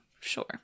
Sure